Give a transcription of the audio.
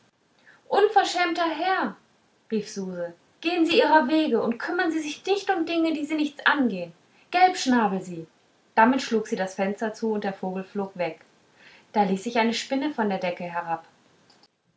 unverschämter herr rief suse gehen sie ihrer wege und kümmern sie sich nicht um dinge die sie nichts angehen gelbschnabel sie damit schlug sie das fenster zu und der vogel flog weg da ließ sich eine spinne von der decke herab